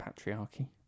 Patriarchy